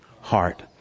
Heart